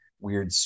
weird